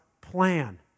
plan